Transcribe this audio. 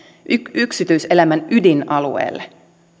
yksityiselämän ydinalueelle